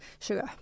sugar